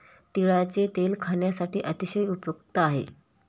तिळाचे तेल खाण्यासाठी अतिशय उपयुक्त आहे